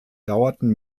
dauerten